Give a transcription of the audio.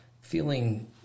feeling